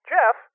Jeff